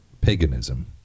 paganism